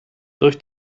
durch